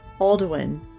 Alduin